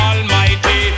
Almighty